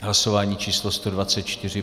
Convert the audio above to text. Hlasování číslo 124.